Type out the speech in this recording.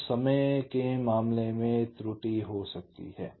तो समय में त्रुटि हो सकती है